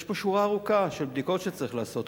יש פה שורה ארוכה של בדיקות שצריך לעשות.